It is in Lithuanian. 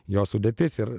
jo sudėtis ir